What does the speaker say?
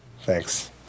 Thanks